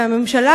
והממשלה,